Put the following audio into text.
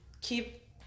keep